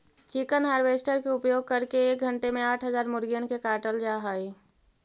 chicken harvester के उपयोग करके एक घण्टे में आठ हजार मुर्गिअन के काटल जा हई